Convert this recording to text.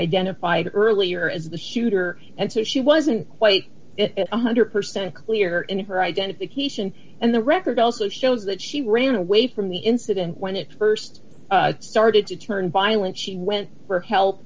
identified earlier as the shooter and so she wasn't quite one hundred percent clear in her identification and the record also shows that she ran away from the incident when it st started to turn violent she went for help